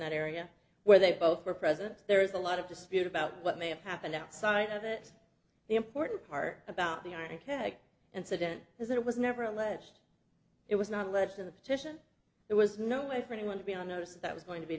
that area where they both were present there is a lot of dispute about what may have happened outside of it the important part about the i think a and sudden as it was never alleged it was not alleged in the petition there was no way for anyone to be on notice that was going to be